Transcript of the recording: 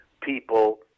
people